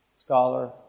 scholar